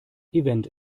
event